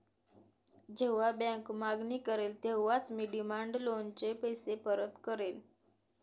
जेव्हा बँक मागणी करेल तेव्हाच मी डिमांड लोनचे पैसे परत करेन